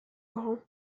grand